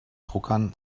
druckern